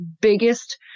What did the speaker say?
biggest